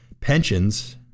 pensions